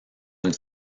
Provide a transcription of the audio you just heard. une